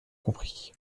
compris